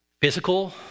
physical